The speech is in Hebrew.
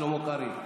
שלמה קרעי,